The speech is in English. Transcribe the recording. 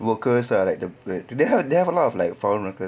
workers are like the they have a lot of like foreign workers